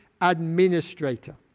administrator